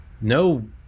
no